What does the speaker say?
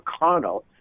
McConnell